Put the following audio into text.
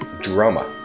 drama